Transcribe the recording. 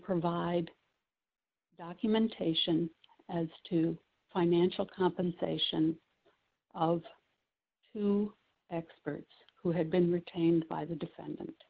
provide documentation as to financial compensation of two experts who had been retained by the defendant